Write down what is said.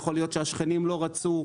יכול להיות שהשכנים לא רצו.